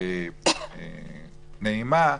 ונעימה,